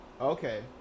okay